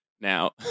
Now